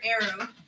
arrow